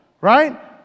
right